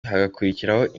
hagakurikiraho